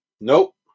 Nope